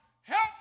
help